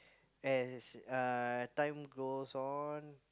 as uh time goes on